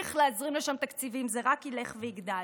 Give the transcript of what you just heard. נמשיך להזרים לשם תקציבים זה רק ילך ויגדל.